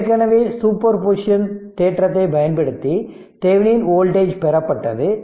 ஏற்கனவே super position தேற்றத்தைப் பயன்படுத்தி தெவெனின் வோல்டேஜ் பெறப்பட்டது